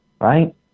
right